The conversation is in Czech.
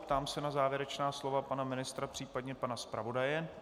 Ptám se na závěrečná slova pana ministra případně pana zpravodaje.